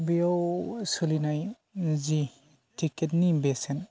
बेयाव सोलिनाय जि टिकेटनि बेसेन